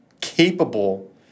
capable